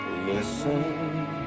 Listen